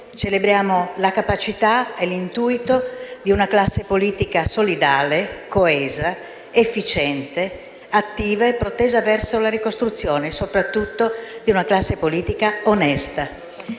celebriamo la capacità e l'intuito di una classe politica solidale, coesa, efficiente, attiva e protesa verso la ricostruzione, ma soprattutto di una classe politica onesta.